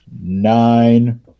nine